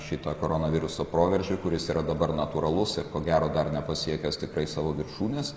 šitą koronaviruso proveržį kuris yra dabar natūralus ir ko gero dar nepasiekęs tikrai savo viršūnės